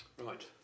Right